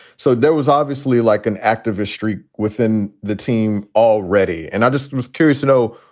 so there was obviously like an activist streak within the team already. and i just was curious to know,